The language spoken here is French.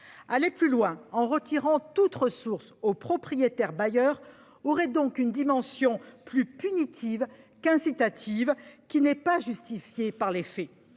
Aller plus loin en retirant toute ressource aux propriétaires bailleurs aurait donc une dimension plus punitive qu'incitative, approche qui n'est pas justifiée par les faits.